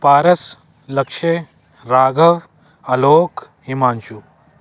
Paras Lakshay Raghav Alok Himanshu